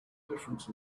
difference